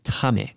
tame